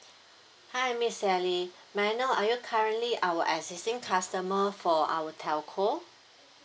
hi miss sally may I know are you currently our existing customer for our telco